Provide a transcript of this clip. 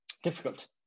difficult